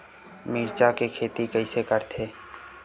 मिरचा के खेती कइसे करथे?